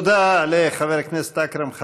תודה לחבר הכנסת אכרם חסון.